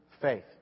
faith